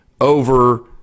over